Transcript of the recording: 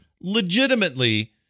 legitimately